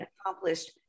accomplished